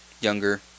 younger